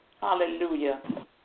hallelujah